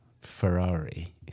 Ferrari